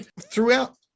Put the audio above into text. Throughout